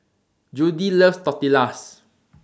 Judie loves Tortillas